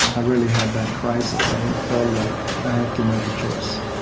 i really had that crisis. i felt like i had to make a choice.